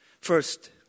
First